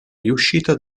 riuscita